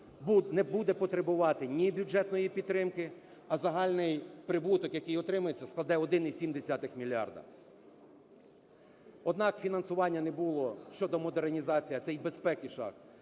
не буде потребувати ні бюджетної підтримки, а загальний прибуток, який отримається, складе 1,7 мільярда. Однак фінансування не було щодо модернізації, а це і безпеки шахт,